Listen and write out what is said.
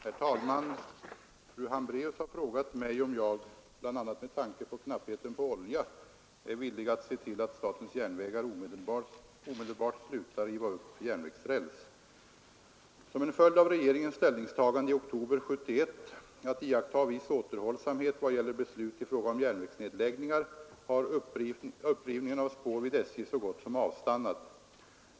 Herr talman! Fru Hambraeus har frågat mig om jag, bl.a. med tanke på knappheten på olja, är villig att se till att SJ omedelbart slutar riva upp järnvägsräls. Som en följd av regeringens ställningstagande i oktober 1971 att iaktta viss återhållsamhet vad gäller beslut i fråga om järnvägsnedläggningar har upprivningen av spår vid SJ så gott som avstannat.